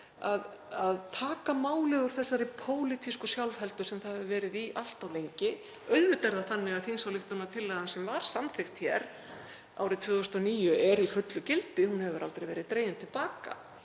að taka málið úr þessari pólitísku sjálfheldu sem það hefur verið í allt of lengi. Auðvitað er það þannig að þingsályktunartillagan sem var samþykkt hér árið 2009 er í fullu gildi, hún hefur aldrei verið dregin til baka.